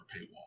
paywall